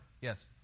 Yes